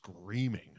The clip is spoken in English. screaming